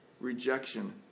rejection